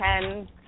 ten